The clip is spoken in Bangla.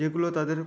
যেগুলো তাদের